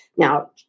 Now